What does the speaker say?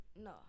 No